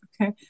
Okay